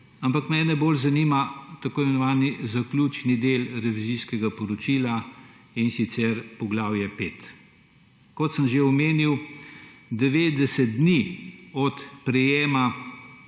Mene bolj zanima tako imenovani zaključni del revizijskega poročila, in sicer poglavje pet. Kot sem že omenil, 90 dni od prejetja.